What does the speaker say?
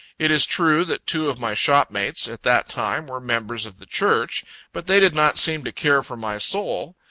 it is true that two of my shopmates, at that time, were members of the church but they did not seem to care for my soul.